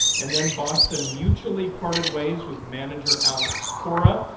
and then boston mutually parted ways with manager alex cora.